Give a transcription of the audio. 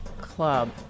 Club